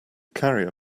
carrier